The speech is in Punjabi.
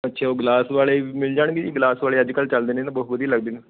ਅੱਛਾ ਉਹ ਗਲਾਸ ਵਾਲੇ ਵੀ ਮਿਲ ਜਾਣਗੇ ਜੀ ਗਲਾਸ ਵਾਲੇ ਅੱਜ ਕੱਲ੍ਹ ਚੱਲਦੇ ਨੇ ਨਾ ਬਹੁਤ ਵਧੀਆ ਲੱਗਦੇ ਨੇ